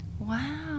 Wow